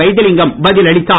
வைத்திலிங்கம் பதில் அளித்தார்